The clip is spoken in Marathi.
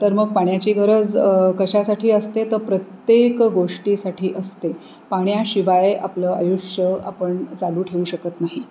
तर मग पाण्याची गरज कशासाठी असते तर प्रत्येक गोष्टीसाठी असते पाण्याशिवाय आपलं आयुष्य आपण चालू ठेवू शकत नाही